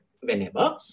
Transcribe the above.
whenever